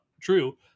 true